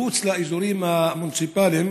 מחוץ לאזורים המוניציפליים